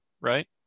right